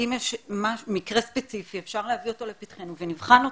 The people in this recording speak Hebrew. ואם יש מקרה ספציפי אפשר להביא אותו לפתחנו ונבחן אותו,